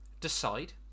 decide